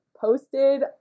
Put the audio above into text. posted